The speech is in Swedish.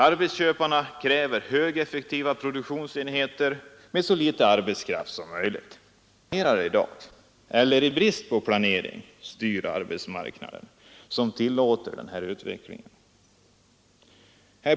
Arbetsköparna kräver högeffektiva produktionsenheter med så litet arbetskraft som möjligt. Det är de som i dag planerar — eller de som i brist på planering styr arbetsmarknaden — som tillåter denna utveckling.